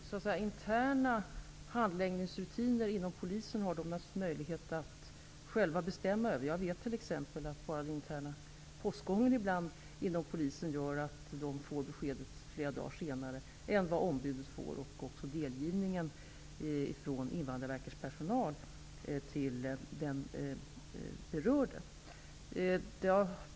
Fru talman! Polisen har naturligtvis möjlighet att själv bestämma över sina interna handläggningsrutiner. Jag vet t.ex. att den interna postgången inom polisen ibland medför att polisen får beskedet flera dagar senare än ombudet och senare än den berörde blir delgiven av Invandrarverkets personal.